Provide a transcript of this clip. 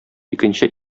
икенче